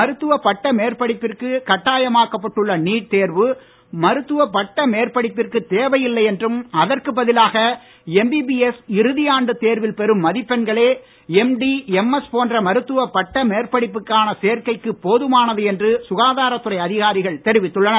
மருத்துவப் கட்டாயமாக்கப்பட்டுள்ள நீட் தேர்வு மருத்துவ பட்ட மேற்படிப்பிற்கு தேவையில்லை என்றும் அதற்கு பதிலாக எம்பிபிஎஸ் இறுதி ஆன்டு தேர்வில் பெறும் மதிப்பெண்களே எம்டி எம்எஸ் போன்ற மருத்துவ பட்ட மேற்படிப்பிற்கான சேர்க்கைக்கு போதுமானது என்று சுகாதார துறை அதிகாரிகள் தெரிவித்துள்ளனர்